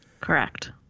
Correct